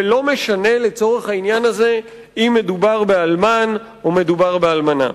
ולא משנה לצורך העניין הזה אם מדובר באלמן או מדובר באלמנה.